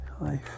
life